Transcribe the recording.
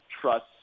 trust